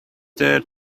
there